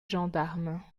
gendarmes